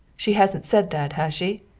she hasn't said that, has she?